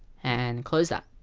and close that